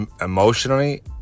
emotionally